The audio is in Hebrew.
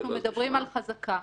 -- אנחנו מדברים על חזקה,